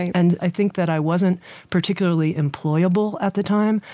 and i think that i wasn't particularly employable at the time,